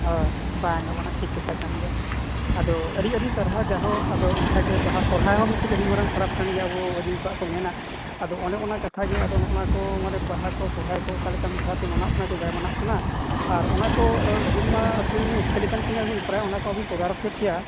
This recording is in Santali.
ᱦᱳᱭ ᱵᱟᱝᱟ ᱵᱟᱝᱟ ᱴᱷᱤᱠ ᱠᱟᱛᱷᱟ ᱠᱟᱱ ᱜᱮᱭᱟ ᱟᱫᱚ ᱟᱹᱰᱤ ᱥᱟᱨᱦᱟᱣ ᱡᱟᱦᱳ ᱟᱫᱚ ᱚᱱᱠᱟᱜᱮ ᱵᱟᱦᱟ ᱥᱚᱨᱦᱟᱭ ᱦᱚᱸ ᱢᱤᱜᱴᱤᱡ ᱟᱹᱰᱤ ᱢᱟᱨᱟᱝ ᱯᱟᱨᱟᱵᱽ ᱠᱟᱱᱟ ᱟᱵᱚ ᱟᱫᱤᱢ ᱠᱚᱣᱟᱜ ᱠᱚ ᱢᱮᱱᱟ ᱟᱫᱚ ᱚᱱᱮ ᱚᱱᱟ ᱠᱟᱛᱷᱟᱜᱮ ᱟᱫᱚ ᱱᱚᱜ ᱚ ᱱᱟᱠᱚ ᱢᱟᱱᱮ ᱵᱟᱦᱟ ᱠᱚ ᱥᱚᱨᱦᱟᱭ ᱠᱚ ᱚᱠᱟᱞᱮᱠᱟ ᱢᱤᱫ ᱫᱷᱟᱣᱛᱮ ᱢᱟᱱᱣᱚᱜ ᱠᱟᱱᱟ ᱪᱮ ᱵᱟᱭ ᱢᱟᱱᱟᱣᱚᱜ ᱠᱟᱱᱟ ᱟᱨ ᱚᱱᱟ ᱠᱚ ᱟᱹᱵᱤᱱᱢᱟ ᱟᱛᱳᱨᱤᱱ ᱢᱩᱠᱷᱭᱟᱹ ᱞᱮᱠᱟᱱ ᱠᱟᱱᱟᱵᱤᱱ ᱯᱨᱟᱭ ᱚᱱᱟ ᱠᱚ ᱟᱹᱵᱤᱱ ᱛᱚᱫᱟᱨᱚᱠᱮᱫ ᱜᱮᱭᱟ